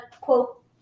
quote